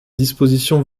dispositions